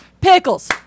Pickles